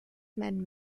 men